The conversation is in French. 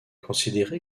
considéré